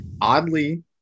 oddly